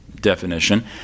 definition